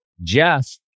Jeff